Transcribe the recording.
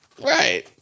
Right